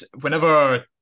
whenever